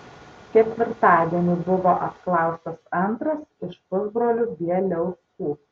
ketvirtadienį buvo apklaustas antras iš pusbrolių bieliauskų